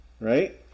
right